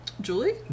Julie